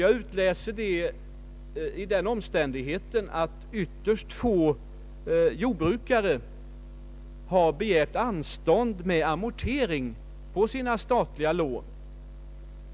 Jag utläser detta av den omständigheten att ytterst få jordbrukare begärt anstånd med amorteringar på sina statliga lån.